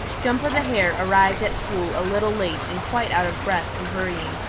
jumper the hare arrived at school a little late and quite out of breath from hurrying.